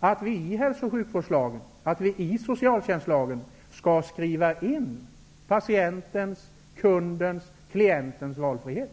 att vi i hälso och sjukvårdslagen och i socialtjänstlagen skall skriva in patientens, kundens, klientens valfrihet.